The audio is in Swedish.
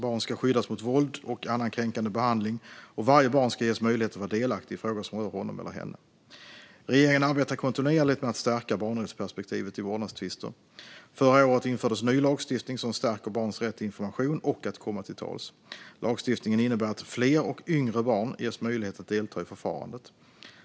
Barn ska skyddas mot våld och annan kränkande behandling, och varje barn ska ges möjlighet att vara delaktigt i frågor som rör honom eller henne. Regeringen arbetar kontinuerligt med att stärka barnrättsperspektivet i vårdnadstvister. Förra året infördes ny lagstiftning som stärker barnets rätt till information och att komma till tals. Lagstiftningen innebär att fler och yngre barn ges möjlighet att delta i förfarandet.